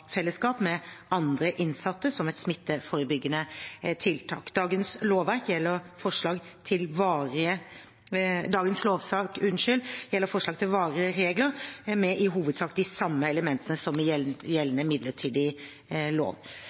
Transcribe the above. fellesskap med andre innsatte som et smitteforebyggende tiltak. Dagens lovsak gjelder forslag til varige regler, med i hovedsak de samme elementene som i gjeldende midlertidige lov.